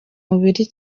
mubiri